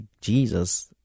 Jesus